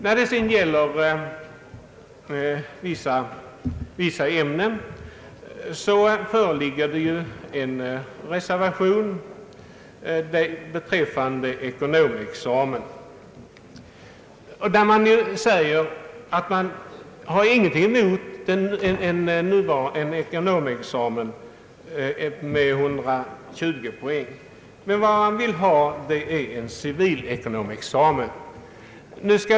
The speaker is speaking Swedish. När det gäller ämnena föreligger en reservation beträffande ekonomexamen. Reservanterna har ingenting emot en ekonomexamen med 120 poäng. Vad man vill ha är en civilekonomexamen.